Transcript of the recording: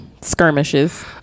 skirmishes